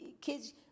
kids